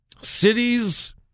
cities